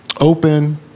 open